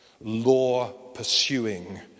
law-pursuing